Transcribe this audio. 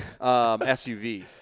SUV